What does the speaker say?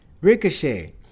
Ricochet